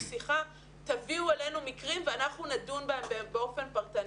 שיחה של תביאו אלינו מקרים ואנחנו נדון באופן פרטני.